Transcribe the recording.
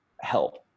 help